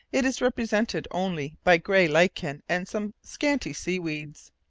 it is represented only by grey lichen and some scanty seaweeds.